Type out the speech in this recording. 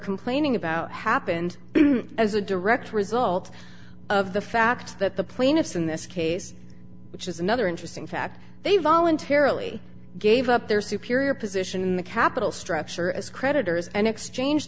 complaining about happened as a direct result of the fact that the plaintiffs in this case which is another interesting fact they voluntarily gave up their superior position in the capital structure as creditors and exchange